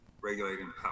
regulating